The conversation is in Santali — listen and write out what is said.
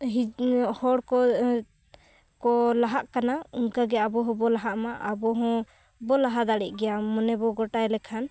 ᱦᱤᱡᱩᱜ ᱦᱚᱲ ᱠᱚ ᱠᱚ ᱞᱟᱦᱟᱜ ᱠᱟᱱᱟ ᱚᱱᱠᱟᱜᱮ ᱟᱵᱚ ᱦᱚᱸᱵᱚ ᱞᱟᱦᱟᱜ ᱢᱟ ᱟᱵᱚ ᱦᱚᱸ ᱵᱚᱱ ᱞᱟᱦᱟ ᱫᱟᱲᱮᱭᱟᱜ ᱜᱮᱭᱟ ᱢᱚᱱᱮ ᱵᱚ ᱜᱚᱴᱟᱭ ᱞᱮᱠᱷᱟᱱ